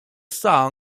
son